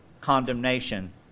condemnation